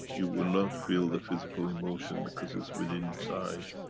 you will not feel the physical emotion because it's within inside.